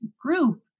group